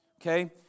Okay